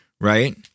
right